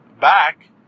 Back